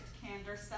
candor